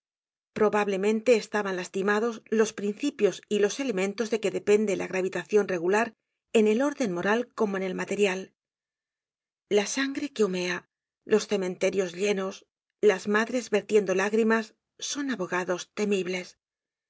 probablemente estaban lastimados los principios y los elementos de que depende la gravitacion regular en el orden moral como en el material la sangre que humea los cementerios llenos las madres vertiendo lágrimas son abogados temibles